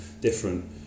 different